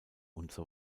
usw